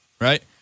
Right